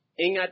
ingat